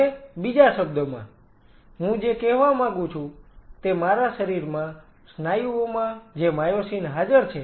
હવે બીજા શબ્દોમાં હું જે કહેવા માંગુ છું તે મારા શરીરમાં સ્નાયુઓમાં જે માયોસિન હાજર છે